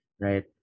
right